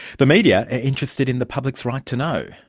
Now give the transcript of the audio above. the media are interested in the public's right to know,